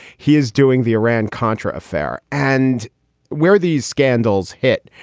he is doing the iran contra affair. and where these scandals hit,